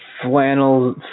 flannel